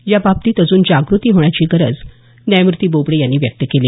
या बाबतीत अजून जाग्रती होण्याची गरज न्यायमूर्ती बोबडे यांनी व्यक्त केली